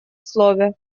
слове